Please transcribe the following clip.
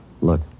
Look